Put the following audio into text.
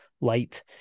light